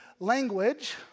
Language